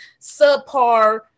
subpar